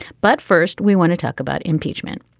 but first we want to talk about impeachment.